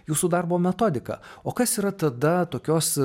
jūsų darbo metodiką o kas yra tada tokios